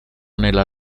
nella